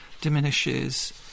diminishes